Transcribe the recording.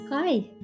Hi